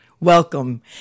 Welcome